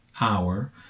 hour